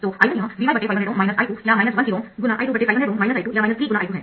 तो I1 यह Vy 500Ω I2 या 1 KΩ ×I2 500Ω I2 या 3 × I2 है